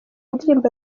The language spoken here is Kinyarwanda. ndirimbo